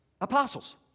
apostles